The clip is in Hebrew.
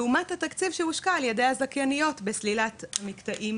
לעומת התקציב שהושקע על ידי הזכייניות בסלילת המקטעים